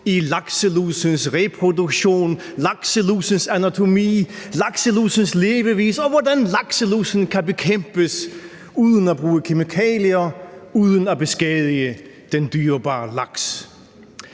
i lakselusens reproduktion, lakselusens anatomi, lakselusens levevis, og hvordan lakselusen kan bekæmpes uden at bruge kemikalier og uden at beskadige den dyrebare laks.